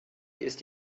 ist